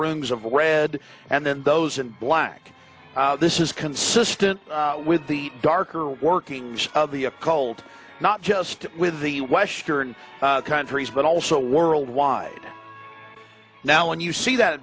rings of red and then those in black this is consistent with the darker workings of the a cold not just with the western countries but also worldwide now when you see that